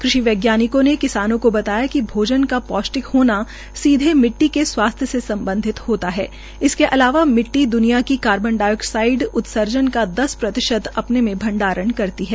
कृषि वैज्ञानिकों ने किसानों को बताया कि भोजन का पौष्टिक होना सीधे मिट्टी के स्वास्थ्य से सम्बधित होता है इसके अलावा मिट्टी द्वनिया की कार्बन डाईओकसाईड उत्सर्जन का दस प्रतिशत अपने में भंडारणा करती है